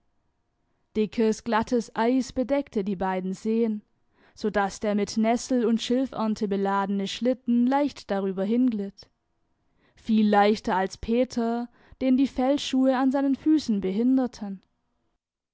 dickes glattes eis bedeckte die beiden seen so daß der mit der nessel und schilfernte beladene schlitten leicht darüber hinglitt viel leichter als peter den die fellschuhe an seinen füßen behinderten